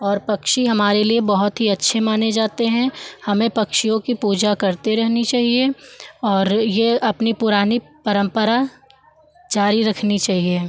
और पक्षी हमारे लिए बहुत ही अच्छे माने जाते हैं हमें पक्षियों की पूजा करते रहनी चाहिए और यह अपनी पुरानी परम्परा जारी रखनी चाहिए